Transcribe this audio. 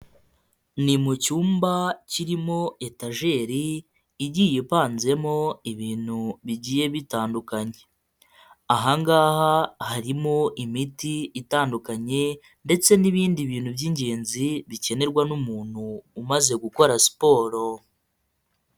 Ni mu cyumba kirimo etajeri igiye ipanzemo ibintu bigiye bitandukanye, aha ngaha harimo imiti itandukanye ndetse n'ibindi bintu by'ingenzi bikenerwa n'umuntu umaze gukora siporo.